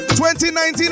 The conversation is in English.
2019